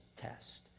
test